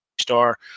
star